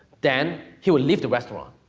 then he would leave the restaurant.